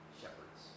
shepherds